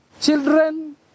Children